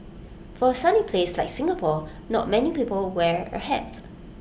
for A sunny place like Singapore not many people wear A hats